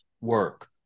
work